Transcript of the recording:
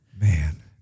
Man